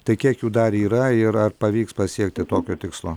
tai kiek jų dar yra ir ar pavyks pasiekti tokio tikslo